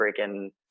freaking